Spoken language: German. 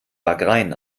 wagrain